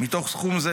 מתוך סכום זה,